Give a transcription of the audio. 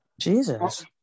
Jesus